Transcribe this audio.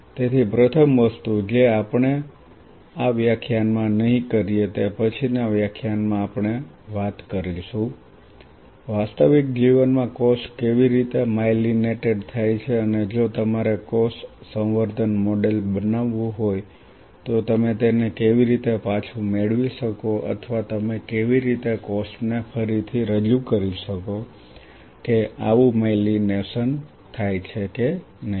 તેથી પ્રથમ વસ્તુ જે આપણે આ વ્યાખ્યાન માં નહિ કરીએ તે પછીના વ્યાખ્યાન માં આપણે વાત કરીશું કે વાસ્તવિક જીવનમાં કોષ કેવી રીતે માઇલિનેટેડ થાય છે અને જો તમારે કોષ સંવર્ધન મોડેલ બનાવવું હોય તો તમે તેને કેવી રીતે પાછું મેળવી શકો અથવા તમે કેવી રીતે કોષને ફરીથી રજૂ કરી શકો કે આવું માયલિનેશન થાય છે કે નહીં